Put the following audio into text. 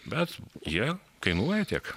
bet jie kainuoja tiek